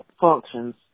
functions